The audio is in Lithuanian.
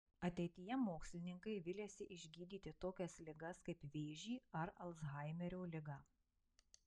ateityje mokslininkai viliasi išgydyti tokias ligas kaip vėžį ar alzhaimerio ligą